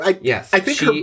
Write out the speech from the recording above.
Yes